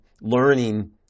learning